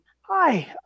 Hi